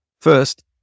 First